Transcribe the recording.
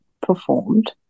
performed